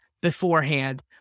beforehand